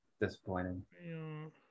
Disappointing